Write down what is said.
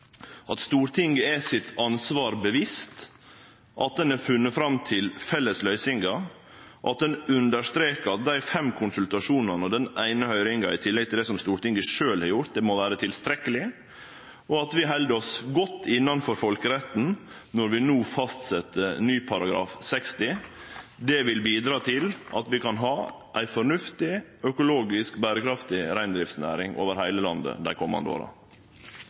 at Stortinget er seg sitt ansvar bevisst, at ein har funne fram til felles løysingar, at ein understrekar at dei fem konsultasjonane og den eine høyringa, i tillegg til det som Stortinget sjølv har gjort, må vere tilstrekkeleg, og at vi held oss godt innanfor folkeretten når vi no fastsett ny § 60. Det vil bidra til at vi kan ha ei fornuftig, økologisk berekraftig reindriftsnæring over heile landet dei komande åra.